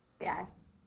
Yes